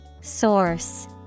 Source